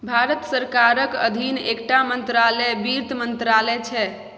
भारत सरकारक अधीन एकटा मंत्रालय बित्त मंत्रालय छै